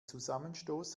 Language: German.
zusammenstoß